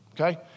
okay